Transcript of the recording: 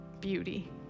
beauty